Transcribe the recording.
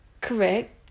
Correct